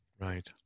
right